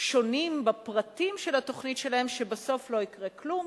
שונים בפרטים של התוכניות שלהם שבסוף לא יקרה כלום,